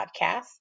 podcast